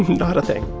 not a thing